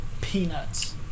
peanuts